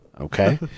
Okay